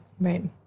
Right